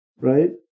Right